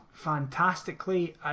fantastically